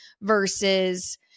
versus